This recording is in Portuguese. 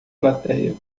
platéia